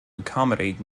accommodate